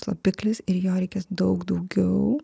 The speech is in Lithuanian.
slopiklis ir jo reikės daug daugiau